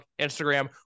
Instagram